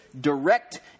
direct